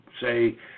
say